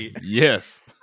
Yes